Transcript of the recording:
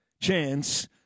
chance